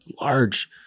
large